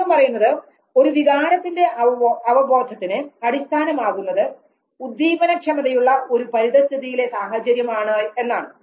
അദ്ദേഹം പറയുന്നത് ഒരു വികാരത്തിൻറെ അവബോധത്തിന് അടിസ്ഥാനമാകുന്നത് ഉദ്ദീപനക്ഷമതയുള്ള ഒരു പരിതസ്ഥിതിയിലെ സാഹചര്യമാണ് എന്നാണ്